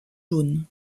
jaunes